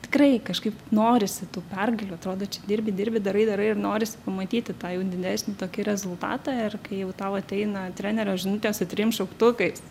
tikrai kažkaip norisi tų pergalių atrodo čia dirbi dirbi darai darai ir norisi pamatyti tą jau didesnį tokį rezultatą ir kai jau tau ateina trenerio žinutė su trim šauktukais